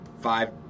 five